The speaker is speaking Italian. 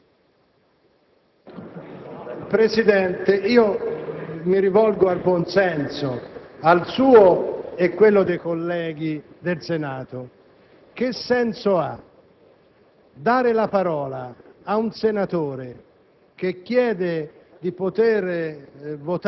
Presidente, mi rivolgo al buon senso suo e dei colleghi del Senato. Che senso ha